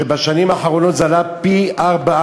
שבשנים האחרונות זה עלה פי-ארבעה